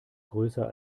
größer